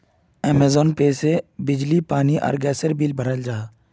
Amazon Pay से बिजली आर पानी आर गसेर बिल बहराल जाहा